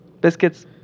Biscuits